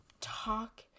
talk